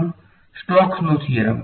વિદ્યાર્થી Stokes theorem